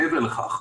מעבר לכך,